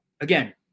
Again